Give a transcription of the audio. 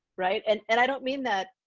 right? and and i don't mean that